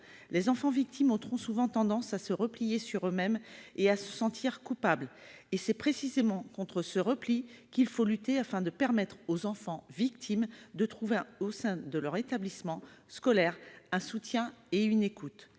Les enfants victimes ont trop souvent tendance à se replier sur eux-mêmes et à se sentir coupables. C'est précisément contre ce repli qu'il faut lutter, afin de permettre aux enfants victimes de trouver au sein de leur établissement scolaire un soutien et une écoute.